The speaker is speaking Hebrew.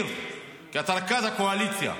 בכיר בוועדת הכספים, כי אתה רכז הקואליציה.